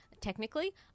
technically